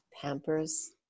pampers